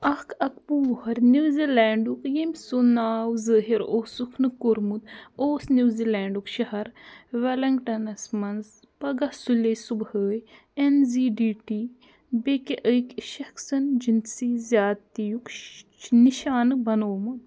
اکھ اَکوُہ وُہُر نو زِلینڈُک ییٚمۍ سُنٛد ناو ظٲہِر اوسُکھ نہٕ کوٚرمُت اوس نو زِلینڈُک شہر ویٚلنٛگٹنَس منٛز پَگاہ سُلے صبحٲے ایٚن زی ڈی ٹی بیٛکہِ أکۍ شخصَن جنسی زیادتی یُک نشانہٕ بنٛوٚومُت